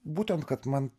būtent kad man